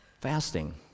fasting